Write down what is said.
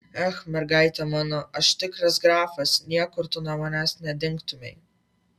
ech mergaite mano aš tikras grafas niekur tu nuo manęs nedingtumei